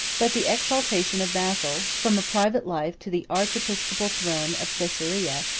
but the exaltation of basil, from a private life to the archiepiscopal throne of caesarea,